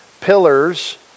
pillars